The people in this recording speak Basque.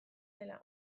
dela